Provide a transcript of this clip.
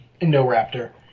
Indoraptor